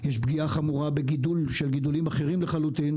יש פגיעה חמורה בגידול של גידולים אחרים לחלוטין,